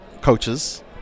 coaches